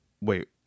Wait